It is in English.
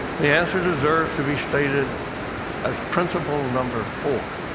the answer deserves to be stated as principle number four.